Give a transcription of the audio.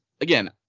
again